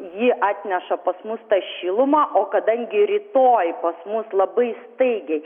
ji atneša pas mus tą šilumą o kadangi rytoj pas mus labai staigiai